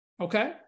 Okay